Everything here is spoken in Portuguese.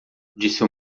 disse